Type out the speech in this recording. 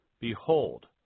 behold